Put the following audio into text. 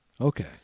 okay